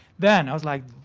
then i was like,